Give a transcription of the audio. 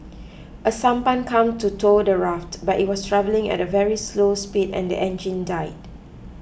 a sampan came to tow the raft but it was travelling at a very slow speed and the engine died